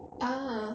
ah